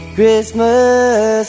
Christmas